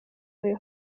the